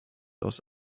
aus